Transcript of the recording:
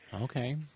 Okay